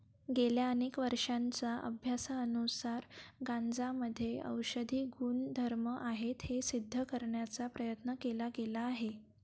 गेल्या अनेक वर्षांच्या अभ्यासानुसार गांजामध्ये औषधी गुणधर्म आहेत हे सिद्ध करण्याचा प्रयत्न केला गेला आहे